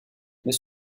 mais